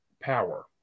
Power